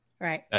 Right